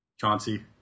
Chauncey